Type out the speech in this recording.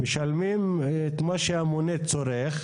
משלמים את מה שהמונה צורך,